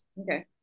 Okay